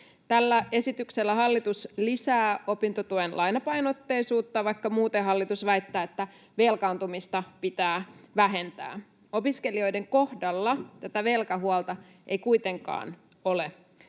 Tällä esityksellä hallitus lisää opintotuen lainapainotteisuutta, vaikka muuten hallitus väittää, että velkaantumista pitää vähentää. Opiskelijoiden kohdalla tätä velkahuolta ei kuitenkaan ole.